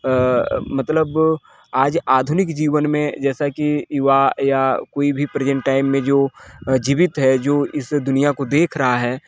अ मतलब आज आधुनिक जीवन में जैसा कि युवा या कोई भी प्रेजेंट टाइम में जो अ जीवित है जो इस दुनिया को देख रहा है